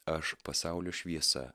aš pasaulio šviesa